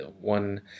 one